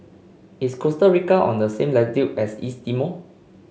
is Costa Rica on the same latitude as East Timor